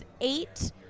eight